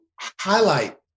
highlight